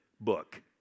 book